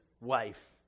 wife